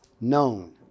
known